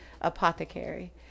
apothecary